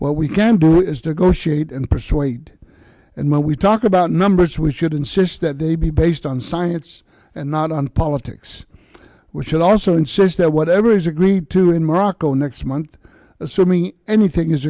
well we can do is negotiate and persuade and when we talk about numbers we should insist that they be based on science and not on politics we should also insist that whatever is agreed to in morocco next month assuming anything is